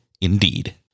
Indeed